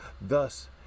thus